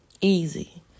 Easy